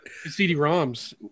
CD-ROMs